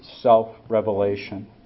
self-revelation